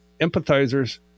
empathizers